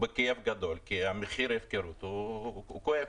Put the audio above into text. בכאב גדול, כי מחיר ההפקרות הוא כואב.